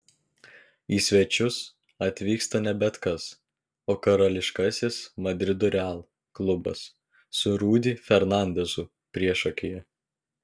į svečius atvyksta ne bet kas o karališkasis madrido real klubas su rudy fernandezu priešakyje